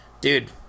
dude